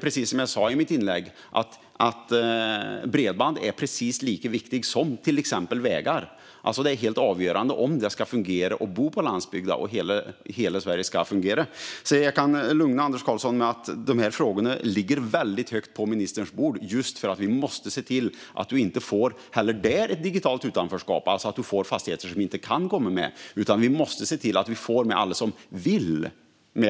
Precis som jag sa i mitt inlägg är det lika viktigt med bredband som till exempel med vägar. Det är helt avgörande om det ska fungera att bo på landsbygden och om hela Sverige ska fungera. Jag kan lugna Anders Karlsson med att dessa frågor ligger väldigt högt på ministerns bord just för att vi måste se till att vi inte heller där får ett digitalt utanförskap, alltså att det blir fastigheter som inte kan komma med. Vi måste se till att vi får med alla som vill